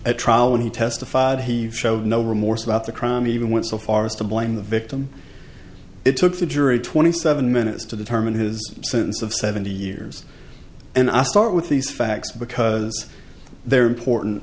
at trial when he testified he showed no remorse about the crime even went so far as to blame the victim it took the jury twenty seven minutes to determine his sentence of seventy years and i start with these facts because they're important